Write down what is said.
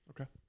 Okay